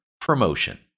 promotion